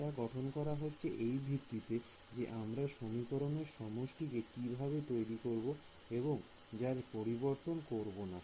এটা গঠন করা হচ্ছে এই ভিত্তিতে যে আমরা সমীকরণের সমষ্টিকে কিভাবে তৈরি করব এবং যার পরিবর্তন করবো না